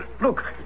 Look